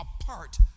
apart